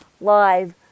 live